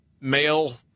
male